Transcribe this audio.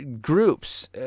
groups